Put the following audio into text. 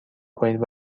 کنید